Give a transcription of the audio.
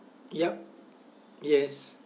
yup yes